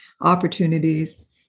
opportunities